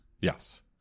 Yes